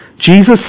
Jesus